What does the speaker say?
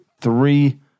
Three